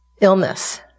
illness